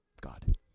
God